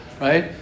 Right